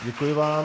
Děkuji vám.